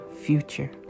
future